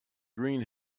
green